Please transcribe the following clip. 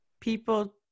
people